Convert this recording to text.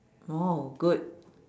!wow! good